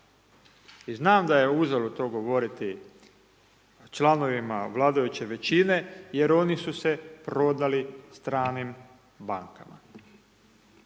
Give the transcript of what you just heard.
I znam da je uzalud to govoriti članovima vladajuće većine jer oni su se prodali stranim bankama.